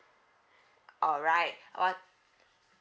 all right